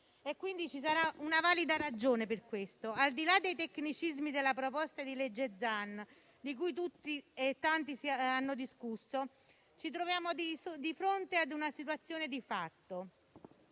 ci sarà una valida ragione per questo. Al di là dei tecnicismi della proposta di legge Zan, di cui tanti hanno discusso, ci troviamo di fronte a una situazione di fatto